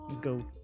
go